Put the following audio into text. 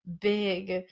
big